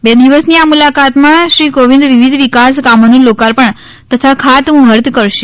બે દિવસની આ મુલાકાતમાં શ્રી કોવિંદ વિવિધ વિકાસ કામોનું લોકાર્પણ તથા ખાતામુહર્ત કરશે